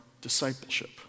discipleship